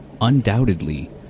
undoubtedly